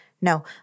No